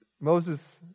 Moses